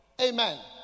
Amen